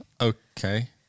Okay